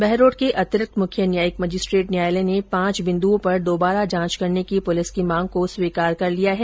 बहरोड़ के अतिरिक्त मुख्य न्यायिक मजिस्ट्रेट न्यायालय ने पांच बिंदुओं पर दुबारा जांच करने की पुलिस की मांग को स्वीकार कर लिया है